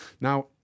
Now